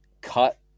cut